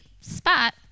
spot